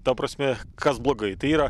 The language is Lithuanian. ta prasme kas blogai tai yra